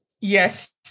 yes